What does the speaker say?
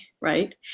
Right